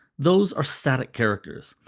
those are static characters.